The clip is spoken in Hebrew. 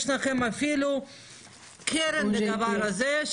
יש לכם אפילו קרן לדבר הזה,